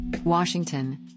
Washington